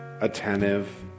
attentive